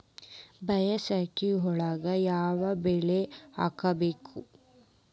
ಬ್ಯಾಸಗಿ ಒಳಗ ಯಾವ ಬೆಳಿ ಹಾಕಬೇಕು?